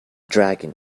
dragon